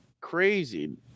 Crazy